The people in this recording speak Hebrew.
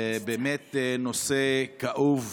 זה באמת נושא כאוב,